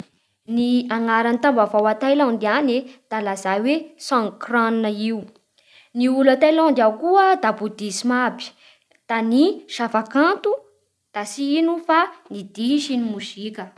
Ny anaran'ny tao-baovao a Tailandy any e, da lazay hoe songkran Ny olo a Tailandy ao koa da bodisma aby? Da ny zava-kanto da tsy ino fa ny dihy sy ny mozika